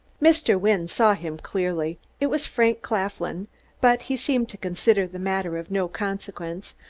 mr. wynne saw him clearly it was frank claflin but he seemed to consider the matter of no consequence,